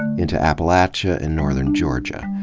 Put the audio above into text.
into appalachia and northern georgia.